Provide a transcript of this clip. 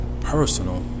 personal